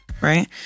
right